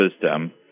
system